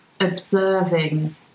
observing